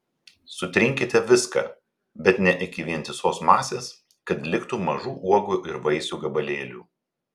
sutrinkite viską bet ne iki vientisos masės kad liktų mažų uogų ir vaisių gabalėlių